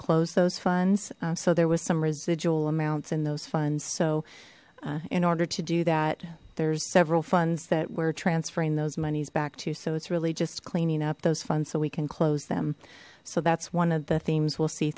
close those funds so there was some residual amounts in those funds so in order to do that there's several funds that we're transferring those monies back to so it's really just cleaning up those funds so we can close them so that's one of the themes we'll see